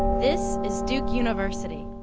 this is duke university